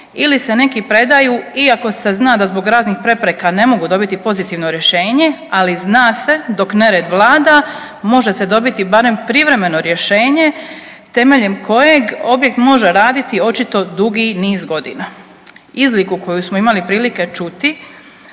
ili se neki predaju iako se zna da zbog raznih prepreka ne mogu dobiti pozitivno rješenje, ali zna se, dok nered vlada, može se dobiti barem privremeno rješenje temeljem kojeg objekt može raditi, očito dugi niz godina. Izliku koju smo imali prilike čuti,